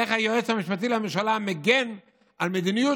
איך היועץ המשפטי לממשלה מגן על מדיניות